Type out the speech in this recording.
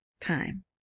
time